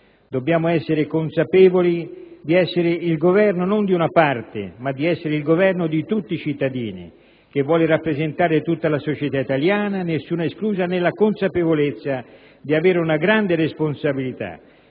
Dobbiamo essere consapevoli di essere il Governo non di una parte ma di tutti i cittadini, che vuole rappresentare tutta la società italiana, nessuno escluso, nella consapevolezza di avere la grande responsabilità